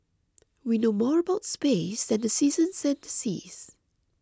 we know more about space than the seasons and the seas